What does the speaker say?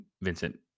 Vincent